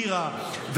טירה,